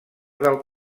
del